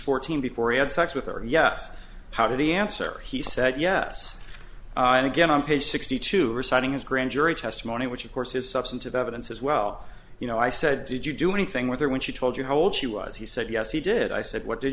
fourteen before he had sex with her yes how did he answer he said yes and again on page sixty two reciting his grand jury testimony which of course is substantive evidence as well you know i said did you do anything with her when she told you how old she was he said yes he did i said what did